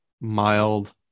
mild